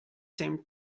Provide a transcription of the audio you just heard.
same